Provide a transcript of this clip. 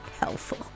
helpful